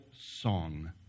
song